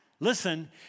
Listen